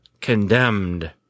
Condemned